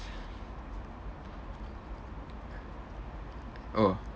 oh